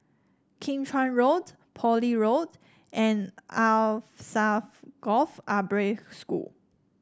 Kim Chuan Road Poole Road and Alsagoff Arab School